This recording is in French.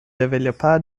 développa